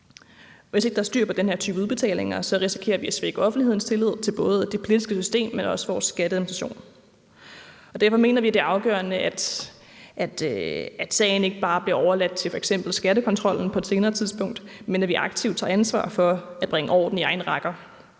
Hvis ikke der er styr på den her type udbetalinger, risikerer vi at svække offentlighedens tillid til både det politiske system, men også vores skatteadministration. Derfor mener vi, det er afgørende, at sagen ikke bare bliver overladt til f.eks. skattekontrollen på et senere tidspunkt, men at vi aktivt tager ansvar for at bringe orden i egne rækker.